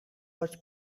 was